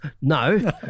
No